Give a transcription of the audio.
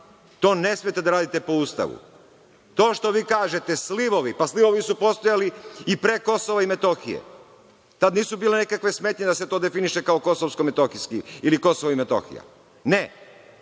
To ne smete da radite po Ustavu. To što vi kažete – slivovi, pa slivovi su postojali i pre Kosova i Metohije, tad nisu bile nikakve smetnje da se to definiše kao kosovsko-metohijski ili Kosovo i Metohija. Ne,